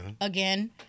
Again